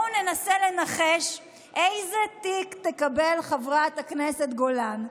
בואו ננסה לנחש איזה תיק תקבל חברת הכנסת גולן.